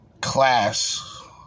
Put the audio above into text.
class